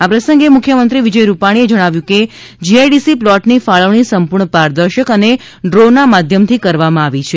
આ પ્રસંગે મુખ્યમંત્રી મુખ્યમંત્રી શ્રી રૂપાણીએ જણાવ્યું હતું કે જીઆઈડીસી પ્લોટની ફાળવણી સંપૂર્ણ પારદર્શક અને ડ્રો ના માધ્યમથી કરવામાં આવી છે